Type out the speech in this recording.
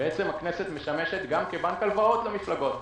בעצם הכנסת משמשת גם בנק הלוואות למפלגות.